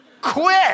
Quit